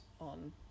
on